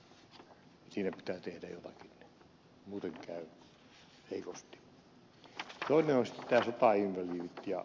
toinen on sitten sotainvalidit ja veteraanit